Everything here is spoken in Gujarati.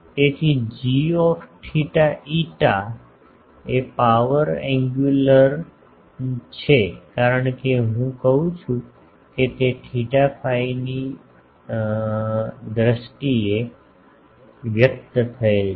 તેથી g θ φ એ પાવર એન્ગ્યુલર છે કારણ કે હું કહું છું કે તે થેટા ફાઈ ની દ્રષ્ટિએ વ્યક્ત થયેલ છે